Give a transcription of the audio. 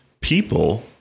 people